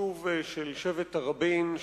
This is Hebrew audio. יישוב של שבט תראבין,